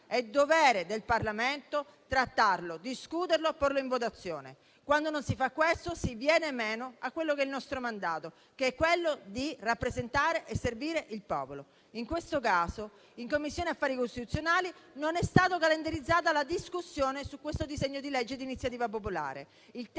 è dovere del Parlamento trattarlo, discuterlo, porlo in votazione. Quando non si fa questo, si viene meno al nostro mandato, che è quello di rappresentare e servire il popolo. In questo caso, in Commissione affari costituzionali non è stata calendarizzata la discussione di questo disegno di legge di iniziativa popolare.